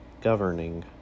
governing